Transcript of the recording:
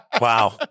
Wow